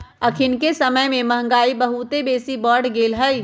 अखनिके समय में महंगाई बहुत बेशी बढ़ गेल हइ